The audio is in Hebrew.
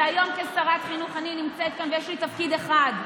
והיום כשרת החינוך אני נמצאת כאן ויש לי תפקיד אחד,